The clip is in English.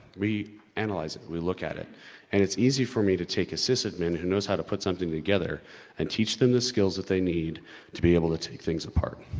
we analyze it, we look at it and it's easy for me to take a sysadmin who knows how to put something together and teach them the skills that they need to be able to take things apart.